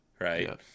Right